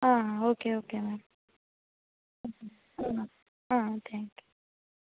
okay okay ma'am thank you